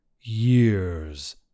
Years